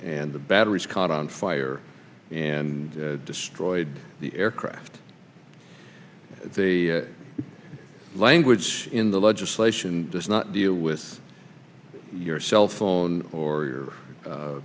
and the batteries caught on fire and destroyed the aircraft they language in the legislation does not deal with your cell phone or